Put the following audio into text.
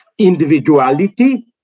individuality